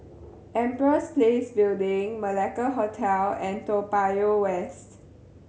Empress Place Building Malacca Hotel and Toa Payoh West